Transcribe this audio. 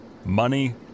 Money